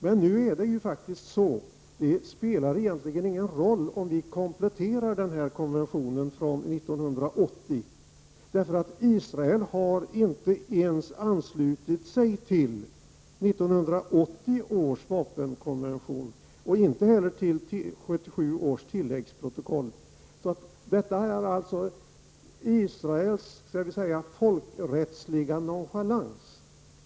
Men nu är det faktiskt så att det inte spelar någon roll om vi kompletterar denna konvention från 1980, eftersom Israel inte har anslutit sig ens till 1980 års vapenkonvention och inte heller till 1977 års tilläggsprotokoll. Detta är alltså Israels folkrättsliga nonchalans, kan vi kalla det.